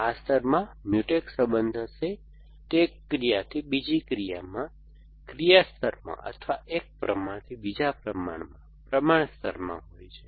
આ સ્તરમાં મ્યુટેક્સ સંબંધ હશે તે એક ક્રિયાથી બીજી ક્રિયામાં ક્રિયા સ્તરમાં અથવા એક પ્રમાણથી બીજા પ્રમાણમાં પ્રમાણ સ્તરમાં હોય છે